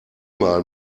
mal